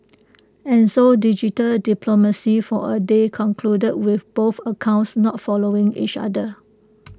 and so digital diplomacy for A day concluded with both accounts not following each other